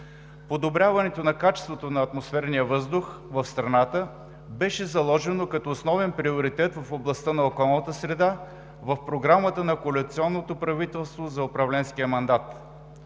Подобряването на качеството на атмосферния въздух в страната беше заложено като основен приоритет в областта на околната среда, в програмата на коалиционното правителство за управленския мандат.